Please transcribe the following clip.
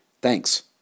Thanks